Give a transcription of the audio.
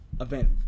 event